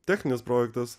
techninis projektas